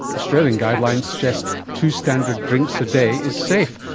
australian guidelines suggest two standard drinks a day is safe.